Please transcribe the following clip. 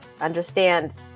understand